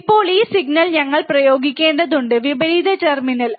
ഇപ്പോൾ ഈ സിഗ്നൽ ഞങ്ങൾ പ്രയോഗിക്കേണ്ടതുണ്ട് വിപരീത ടെർമിനൽ